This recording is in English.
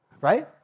right